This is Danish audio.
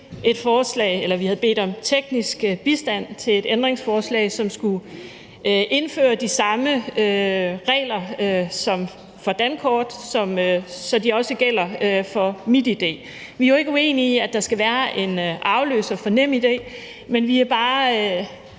vi havde i SF bedt om teknisk bistand til et ændringsforslag, som skulle indføre de samme regler som for dankort, altså så de også gælder for MitID. Vi er jo ikke uenige i, at der skal være en afløser for NemID, men vi er også